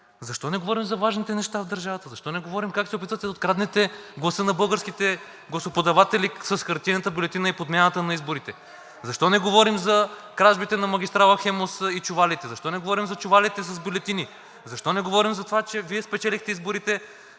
защо не говорим за важните неща в държавата, защо не говорим как се опитвате да откраднете гласа на българските гласоподаватели с хартиената бюлетина и подмяната на изборите? Защо не говорим за кражбите на магистрала „Хемус“ и чувалите? Защо не говорим за чувалите с бюлетини? Защо не говорим за това, че Вие спечелихте изборите